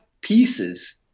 pieces